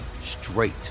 straight